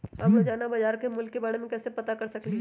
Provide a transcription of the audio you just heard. हम रोजाना बाजार के मूल्य के के बारे में कैसे पता कर सकली ह?